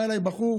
בא אליי בחור